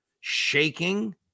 shaking